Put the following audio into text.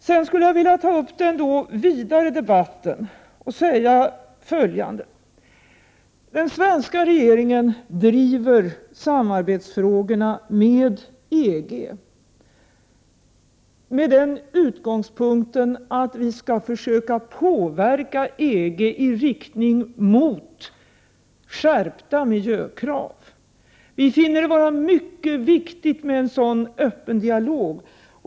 Sedan skulle jag vilja ta upp den vidare debatten och säga följande: Den svenska regeringen driver samarbetsfrågorna med EG från den utgångspunkten att vi skall försöka påverka EG i riktning mot skärpta miljökrav. Vi 21 finner det vara mycket viktigt med en sådan öppen dialog.